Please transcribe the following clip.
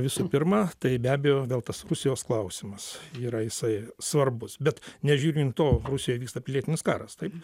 visų pirma tai be abejo vėl tas rusijos klausimas yra jisai svarbus bet nežiūrint to rusijoj vyksta pilietinis karas taip